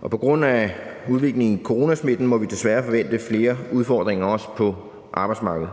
Og på grund af udviklingen i coronasmitten må vi desværre forvente flere udfordringer også på arbejdsmarkedet.